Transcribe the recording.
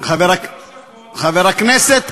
חברי הכנסת,